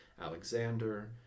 Alexander